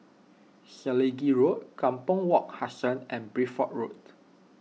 Selegie Road Kampong Wak Hassan and Bideford Road